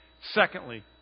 Secondly